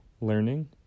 learning